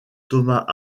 thomas